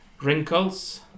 Wrinkles